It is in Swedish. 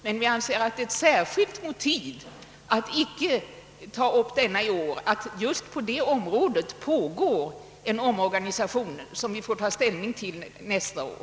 Men ett särskilt motiv för att inte ta upp den i år är att just på detta område pågår en omorganisation som vi får ta ställning till nästa år.